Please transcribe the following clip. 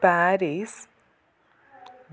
Paris